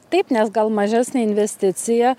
taip nes gal mažesnė investicija